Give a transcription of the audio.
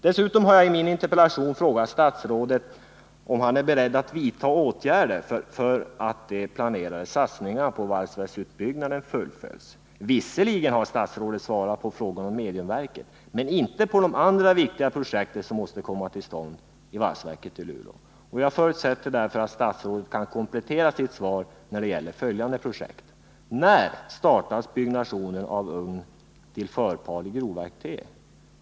Dessutom har jag i min interpellation frågat statsrådet om han är beredd att vidta åtgärder för att de planerade satsningarna på valsverksutbyggnaden fullföljs. Visserligen har statsrådet svarat på frågan om mediumverket men inte på de frågor om andra viktiga projekt som också måste komma till stånd i valsverket i Luleå. Jag förutsätter därför att statsrådet kan komplettera sitt svar när det gäller följande projekt: När startas byggandet av ugn till förparet i grovverk 3?